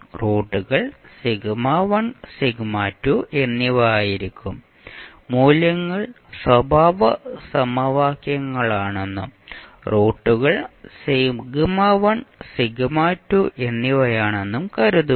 റൂട്ടുകൾ എന്നിവ ആയിരിക്കും മൂല്യങ്ങൾ സ്വഭാവ സമവാക്യങ്ങളാണെന്നും റൂട്ടുകൾ എന്നിവയാണെന്നും കരുതുക